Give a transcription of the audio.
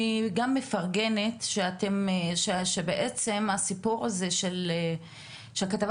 אני גם מפרגנת שבעצם הסיפור הזה שהכתבה